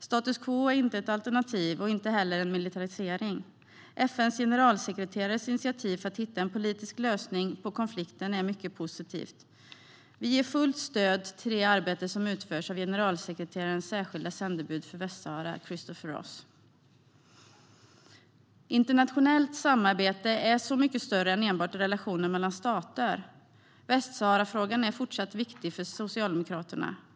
Status quo är inte ett alternativ, och inte heller en militarisering. FN:s generalsekreterares initiativ för att hitta en politisk lösning på konflikten är mycket positivt. Vi ger fullt stöd till det arbete som utförs av generalsekreterarens särskilda sändebud för Västsahara, Christopher Ross. Internationellt samarbete är så mycket större än enbart relationer mellan stater. Västsaharafrågan är fortsatt viktig för Socialdemokraterna.